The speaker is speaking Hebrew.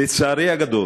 לצערי הגדול,